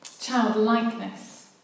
Childlikeness